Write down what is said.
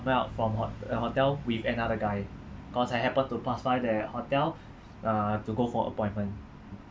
coming out from ho~ uh a hotel with another guy cause I happen to pass by their hotel uh to go for appointment